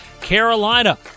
Carolina